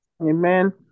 amen